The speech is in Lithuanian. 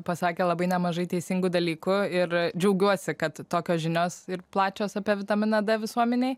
pasakė labai nemažai teisingų dalykų ir džiaugiuosi kad tokios žinios ir plačios apie vitaminą d visuomenėj